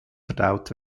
verdaut